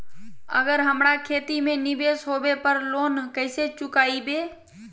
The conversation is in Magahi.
अगर हमरा खेती में निवेस होवे पर लोन कैसे चुकाइबे?